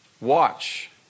watch